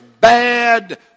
bad